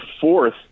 fourth